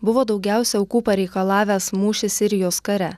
buvo daugiausia aukų pareikalavęs mūšis sirijos kare